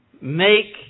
make